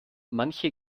manche